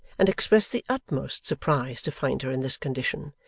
and expressed the utmost surprise to find her in this condition,